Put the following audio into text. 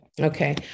Okay